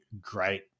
great